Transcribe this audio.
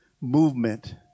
movement